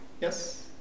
Yes